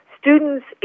Students